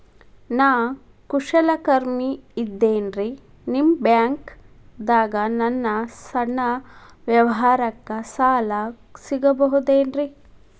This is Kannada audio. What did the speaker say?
ನಾ ಕುಶಲಕರ್ಮಿ ಇದ್ದೇನ್ರಿ ನಿಮ್ಮ ಬ್ಯಾಂಕ್ ದಾಗ ನನ್ನ ಸಣ್ಣ ವ್ಯವಹಾರಕ್ಕ ಸಾಲ ಸಿಗಬಹುದೇನ್ರಿ?